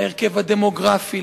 להרכב הדמוגרפי,